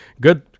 Good